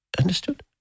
Understood